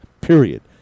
period